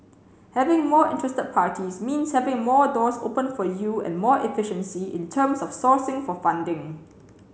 having more interested parties means having more doors open for you and more efficiency in terms of sourcing for funding